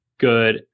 Good